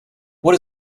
what